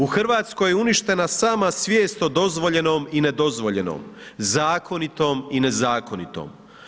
U Hrvatskoj je uništena sama svijest o dozvoljenom i nedozvoljenom, zakonitom i nezakonitom.